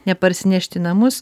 neparsinešt į namus